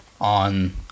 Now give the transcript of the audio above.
on